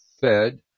fed